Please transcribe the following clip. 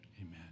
amen